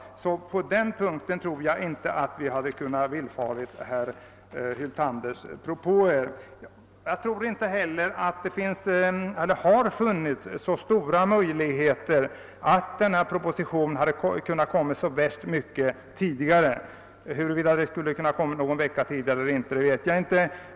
Jag tror alltså inte att vi på denna punkt hade kunnat villfara herr Hyltanders propå. Inte heller tror jag att det hade funnits så stora möjligheter att denna proposition skulle ha framlagts så mycket tidigare; huruvida den kunnat framläggas någon vecka tidigare vet jag inte.